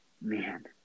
Man